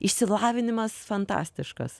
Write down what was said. išsilavinimas fantastiškas